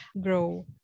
grow